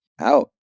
out